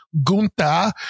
gunta